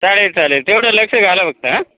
चालेल चालेल तेवढं लक्ष घाला फक्त हा